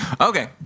Okay